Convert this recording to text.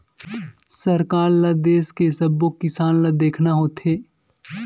सरकार ल देस के सब्बो किसान ल देखना होथे